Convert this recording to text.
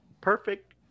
perfect